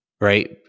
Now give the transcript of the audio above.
right